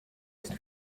ist